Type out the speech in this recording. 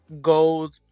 gold